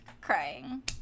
Crying